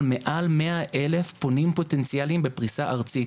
מעל מאה אלף פונים פוטנציאלים בפריסה ארצית.